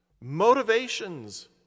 motivations